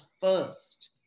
first